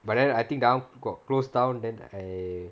but then I think now got closed down then I